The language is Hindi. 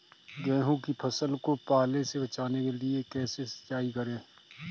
गेहूँ की फसल को पाले से बचाने के लिए कैसे सिंचाई करें?